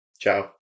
Ciao